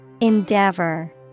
Endeavor